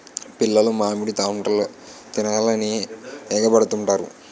పిల్లలు మామిడి తాండ్ర తినాలని ఎగబడుతుంటారు